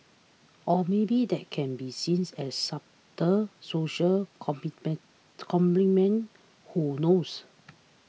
or maybe that can be seen as subtle social commentary commentary who knows